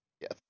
Yes